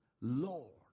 Lord